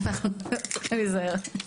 אנחנו צריכים להיזהר.